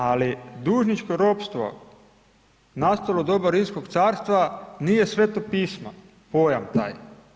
Ali dužničko ropstvo nastalo u doba Rimskog carstva nije Sveto pismo, pojam taj.